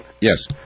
Yes